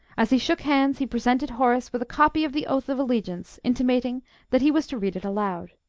as he shook hands he presented horace with a copy of the oath of allegiance, intimating that he was to read it aloud.